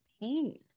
pain